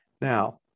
Now